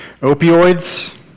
Opioids